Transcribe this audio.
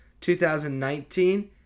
2019